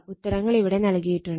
ഉത്തരങ്ങൾ ഇവിടെ നൽകിയിട്ടുണ്ട്